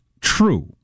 true